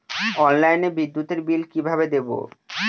অনলাইনে বিদ্যুতের বিল কিভাবে দেব?